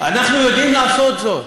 אנחנו יודעים לעשות זאת.